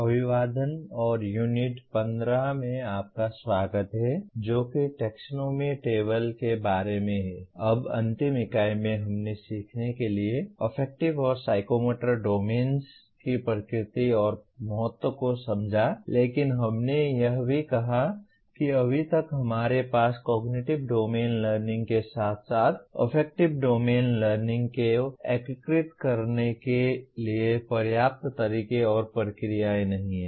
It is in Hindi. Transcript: अब अंतिम इकाई में हमने सीखने के लिए अफेक्टिव और साइकोमोटर डोमेन्स की प्रकृति और महत्व को समझा लेकिन हमने यह भी कहा कि अभी तक हमारे पास कॉग्निटिव डोमेन लर्निंग के साथ साथ अफेक्टिव डोमेन लर्निंग को एकीकृत करने के लिए पर्याप्त तरीके और प्रक्रियाएं नहीं हैं